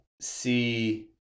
see